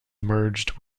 merged